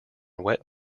wet